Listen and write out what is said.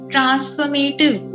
transformative